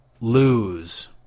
lose